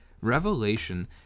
Revelation